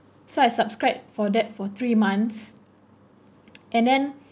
so I subscribe for that for three months and then